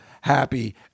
happy